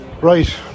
Right